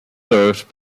served